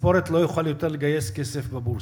תספורת לא יוכל יותר לגייס כסף בבורסה.